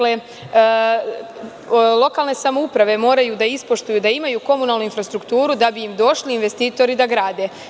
Lokalne samouprave moraju da ispoštuju, da imaju komunalnu infrastrukturu da bi im došli investitori da grade.